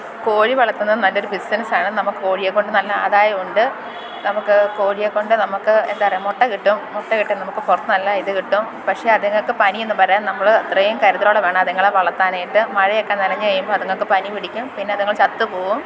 കോഴി വളർത്തുന്നെ നല്ലൊരു ബിസിനസ്സാണ് നമുക്ക് കോഴിയെ കൊണ്ടു നല്ല ആദായം ഉണ്ട് നമുക്ക് കോഴിയെ കൊണ്ട് നമുക്ക് എന്താണ് മുട്ട കിട്ടും മുട്ട കിട്ടും നമുക്ക് പുറത്ത് നല്ല ഇതു കിട്ടും പക്ഷെ അതുങ്ങൾക്ക് പനിയൊന്നും വര നമ്മൾ അത്രയും കരുതലോടെ വേണം അതുങ്ങളെ വളർത്താനായിട്ടു മഴയൊക്കെ നനഞ്ഞു കഴിയുമ്പോൾ അതുങ്ങൾക്ക് പനി പിടിക്കും പിന്നെ അതുങ്ങൾ ചത്തു പോകും